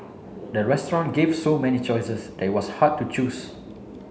the restaurant gave so many choices that it was hard to choose